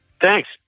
Thanks